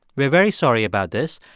we're very sorry about this,